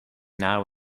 now